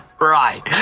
Right